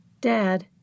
Dad